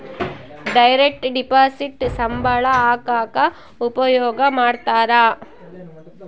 direct deposit ಸಂಬಳ ಹಾಕಕ ಉಪಯೋಗ ಮಾಡ್ತಾರ